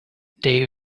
they